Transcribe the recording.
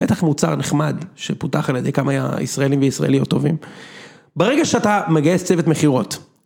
בטח מוצר נחמד, שפותח על ידי כמה היה ישראלים וישראליות טובים. ברגע שאתה מגייס צוות מכירות.